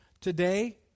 today